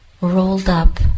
Rolled-up